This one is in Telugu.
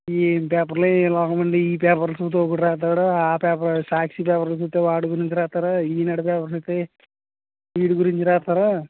ఏం పేపర్లు ఏం లోకమండి ఈ పేపర్ చూస్తే ఒకటి రాస్తాడు ఆ పేపర్ సాక్షి పేపర్ చూస్తే వాడిగురించి రాస్తారు ఈనాడు పేపర్ చూస్తే వీడి గురించి రాస్తారు